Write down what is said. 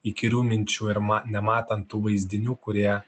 įkyrių minčių ir ma nematant tų vaizdinių kurie